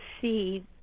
see